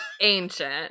ancient